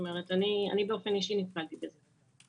אני באופן אישי נתקלתי בזה.